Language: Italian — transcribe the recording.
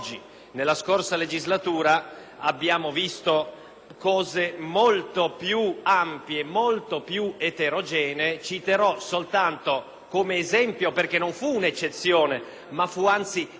molto più ampi e molto più eterogenei. Citerò soltanto come esempio, perché non fu un'eccezione ma fu, anzi, il paradigma della decretazione della scorsa legislatura,